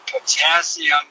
Potassium